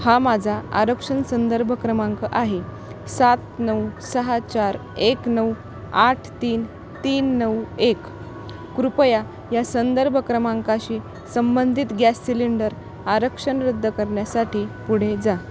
हा माझा आरक्षण संदर्भ क्रमांक आहे सात नऊ सहा चार एक नऊ आठ तीन तीन नऊ एक कृपया या संदर्भ क्रमांकाशी संबंधित गॅस सिलिंडर आरक्षण रद्द करण्यासाठी पुढे जा